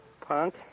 Punk